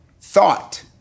thought